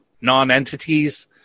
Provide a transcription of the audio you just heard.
non-entities